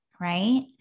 right